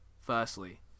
firstly